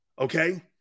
Okay